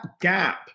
gap